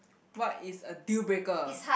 what is a deal breaker